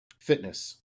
fitness